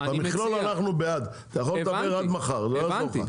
במכלול אנחנו בעד אתה יכול לדבר עד מחר לא יעזור לך.